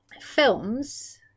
films